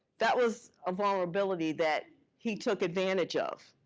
that was a vulnerability that he took advantage of.